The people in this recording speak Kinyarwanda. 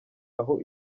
aho